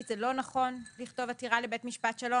זה לא נכון לכתוב עתירה לבית משפט שלום.